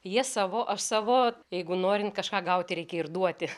jie savo aš savo jeigu norint kažką gauti reikia ir duoti